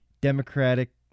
Democratic